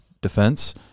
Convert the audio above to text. defense